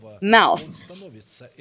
mouth